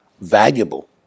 valuable